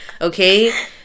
okay